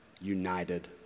united